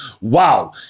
Wow